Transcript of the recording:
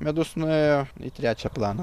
medus nuėjo į trečią planą